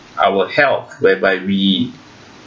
our health whereby we